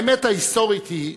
האמת ההיסטורית היא,